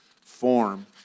form